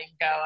go